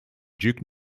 duke